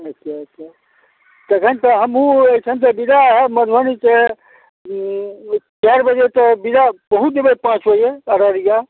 अच्छा अच्छा तखन तऽ हमहूँ एहिठामसे विदा हैब मधुबनीसे चारि बजे तऽ विदा पहुँचि जएबै पाँच बजे अररिया